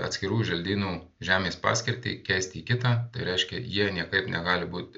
atskirų želdynų žemės paskirtį keist į kitą tai reiškia jie niekaip negali būt